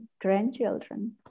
grandchildren